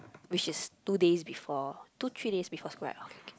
which is two days before two three days before school right okay okay